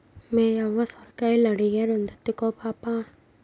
మేయవ్వ సొరకాయలడిగే, రెండెత్తుకో పాపా